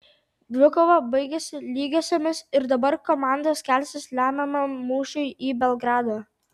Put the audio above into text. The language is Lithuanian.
dvikova baigėsi lygiosiomis ir dabar komandos kelsis lemiamam mūšiui į belgradą